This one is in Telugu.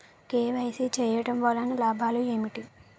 కే.వై.సీ చేయటం వలన లాభాలు ఏమిటి?